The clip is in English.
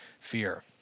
fear